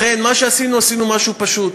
לכן, מה שעשינו, עשינו משהו פשוט: